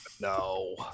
no